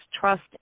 trust